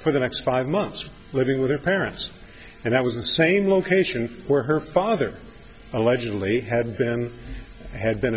for the next five months living with her parents and that was the same location where her father allegedly had been had been